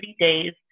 days